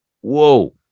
Whoa